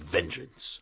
Vengeance